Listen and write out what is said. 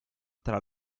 tra